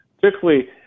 Particularly